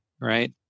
right